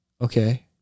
Okay